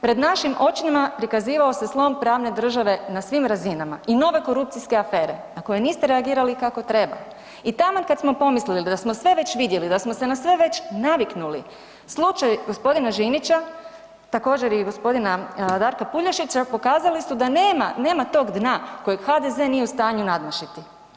Pred našim očima prikazivao se slom pravne države na svim razinama i nove korupcijske afere na koje niste reagirali kako treba i taman kad smo pomislili da smo sve već vidjeli, da smo se na sve već naviknuli slučaj g. Žinića, također i g. Darka Puljašića pokazali su da nema, nema tog dna kojeg HDZ nije u stanju nadmašiti.